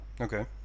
Okay